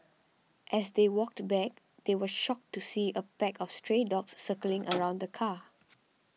as they walked back they were shocked to see a pack of stray dogs circling around the car